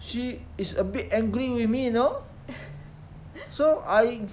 she is a bit angry with me you know so I